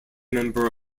member